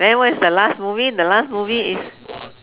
then what is the last movie the last movie is